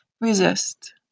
resist